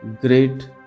great